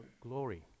glory